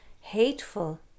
hateful